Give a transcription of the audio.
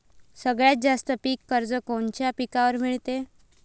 सगळ्यात जास्त पीक कर्ज कोनच्या पिकावर मिळते?